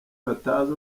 batazi